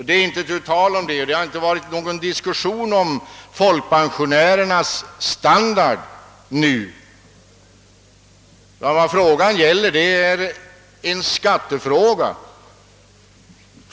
Det är emellertid nu inte fråga om någon diskussion om folkpensionärernas standard utan det rör sig här om en skattefråga.